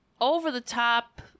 over-the-top